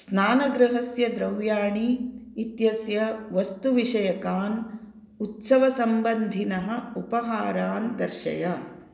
स्नानगृहस्य द्रव्याणि इत्यस्य वस्तुविषयकान् उत्सवसम्बन्धिनः उपहारान् दर्शय